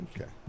Okay